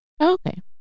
Okay